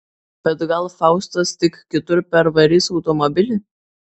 bet gal faustas tik kitur pervarys automobilį